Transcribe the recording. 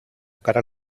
cara